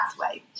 pathway